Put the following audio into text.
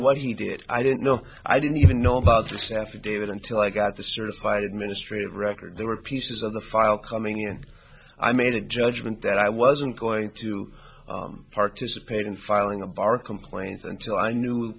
he did i didn't know i didn't even know about this affidavit until i got the certified administrative record there were pieces of the file coming in i made a judgment that i wasn't going to participate in filing a bar complaint until i knew